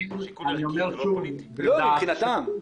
אומר עוד פעם,